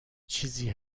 چیزی